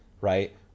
right